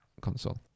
console